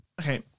Okay